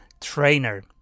trainer